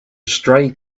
stray